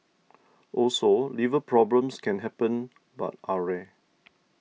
also liver problems can happen but are rare